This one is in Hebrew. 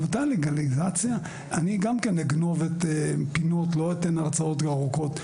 הלגליזציה היא גניבת דעת.